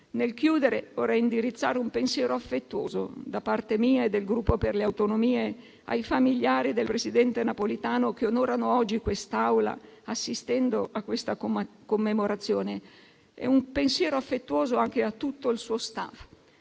Nel concludere, vorrei indirizzare un pensiero affettuoso, da parte mia e del Gruppo per le Autonomie, ai familiari del presidente Napolitano, che onorano oggi quest'Aula assistendo a questa commemorazione. E un pensiero affettuoso anche a tutto il suo *staff*.